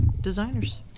designers